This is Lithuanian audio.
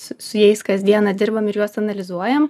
su su jais kasdieną dirbam ir juos analizuojam